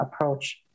approach